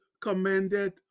commended